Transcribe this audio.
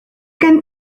gen